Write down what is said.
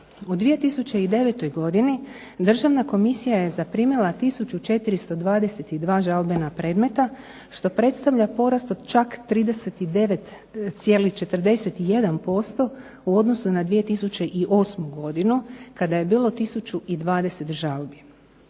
u 2009. godini Državna komisija je zaprimila 1422 žalbena predmeta što predstavlja porast od čak 39,41% u odnosu na 2008. godinu kada je bilo 1020 žalbi.